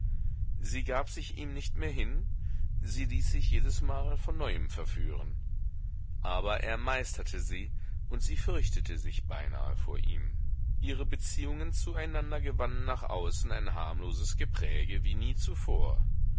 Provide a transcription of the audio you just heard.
sie gab sich ihm nicht mehr hin sie ließ sich jedesmal von neuem verführen aber er meisterte sie und sie fürchtete sich beinahe vor ihm ihre beziehungen zueinander gewannen nach außen ein harmloses gepräge wie nie zuvor